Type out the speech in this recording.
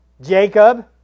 Jacob